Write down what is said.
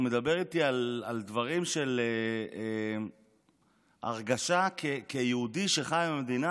הוא מדבר איתי על דברים של הרגשה כיהודי שחי במדינה